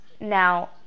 Now